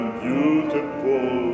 beautiful